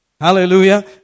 Hallelujah